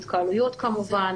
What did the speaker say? התקהלויות כמובן,